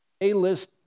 A-list